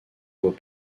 beau